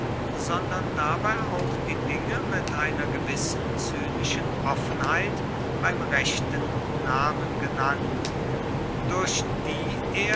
sondern dabei auch die dinge mit einer gewissen zynischen offenheit beim rechten namen genannt durch die